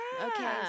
Okay